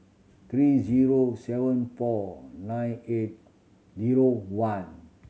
three zero seven four nine eight zero one